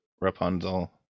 Rapunzel